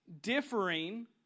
differing